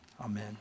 Amen